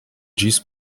ĝis